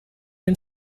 den